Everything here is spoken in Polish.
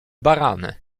barany